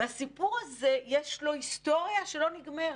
והסיפור הזה, יש לו היסטוריה שלא נגמרת.